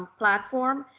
platform.